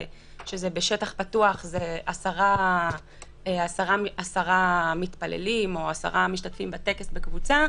כשבשטח פתוח זה עשרה מתפללים או עשרה משתתפים בטקס בקבוצה,